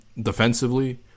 defensively